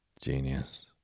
genius